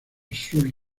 sus